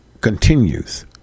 continues